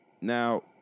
Now